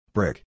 Brick